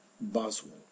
Boswell